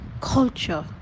culture